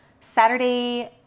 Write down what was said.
saturday